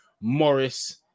Morris